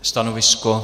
Stanovisko?